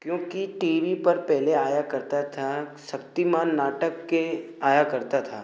क्योंकि TV पर पहले आया करता था शक्तिमान नाटक के आया करता था